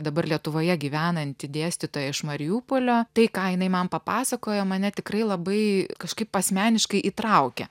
dabar lietuvoje gyvenanti dėstytoja iš mariupolio tai ką jinai man papasakojo mane tikrai labai kažkaip asmeniškai įtraukė